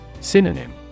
Synonym